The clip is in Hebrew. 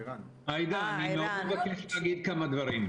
אני מסכים שיש חסר במטפלים דוברי ערבית.